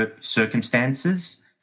circumstances